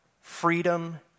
freedom